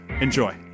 Enjoy